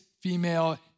female